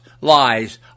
Lies